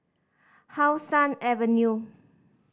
How Sun Avenue